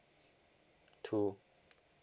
two